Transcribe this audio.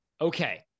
Okay